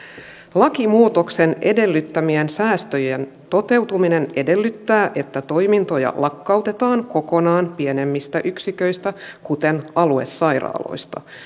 lakimuutoksen edellyttämien säästöjen toteutuminen edellyttää että toimintoja lakkautetaan kokonaan pienemmistä yksiköistä kuten aluesairaaloista